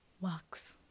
works